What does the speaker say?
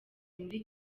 muri